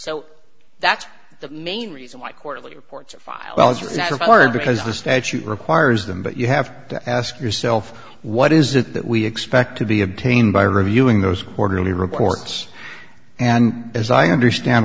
so that's the main reason why quarterly reports of files are not reported because the statute requires them but you have to ask yourself what is it that we expect to be obtained by reviewing those quarterly reports and as i understand